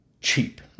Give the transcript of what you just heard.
cheap